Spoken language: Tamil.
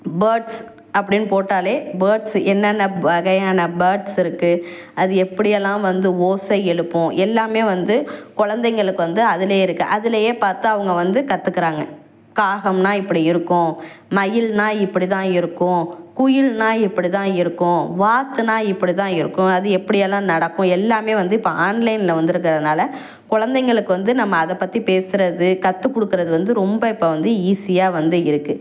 பேர்ட்ஸ் அப்படின்னு போட்டாலே பேர்ட்ஸ் என்னென்ன வகையான பேர்ட்ஸ் இருக்குது அது எப்படி எல்லாம் வந்து ஓசை எழுப்பும் எல்லாமே வந்து குலந்தைகளுக்கு வந்து அதிலே இருக்குது அதிலயே பார்த்து அவங்க வந்து கத்துக்கிறாங்க காகம்னால் இப்படி இருக்கும் மயில்னால் இப்படி தான் இருக்கும் குயில்னால் இப்படி தான் இருக்கும் வாத்துனால் இப்படி தான் இருக்கும் அது எப்படி எல்லாம் நடக்கும் எல்லாமே வந்து இப்போ ஆன்லைன்ல வந்திருக்குறதுனால குலந்தைகளுக்கு வந்து நம்ம அதை பற்றி பேசுகிறது கத்துக்கொடுக்குறது வந்து ரொம்ப இப்போ வந்து ஈஸியாக வந்து இருக்குது